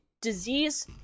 Disease